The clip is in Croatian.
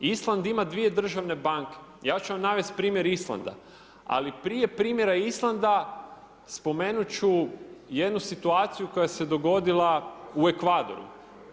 Island ima dvije državne banke, Ja ću vam navesti primjer Islanda, ali prije primjera Islanda, spomenut ću jednu situaciju koja se dogodila u Ekvadoru.